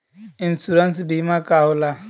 Insurance बीमा का होला?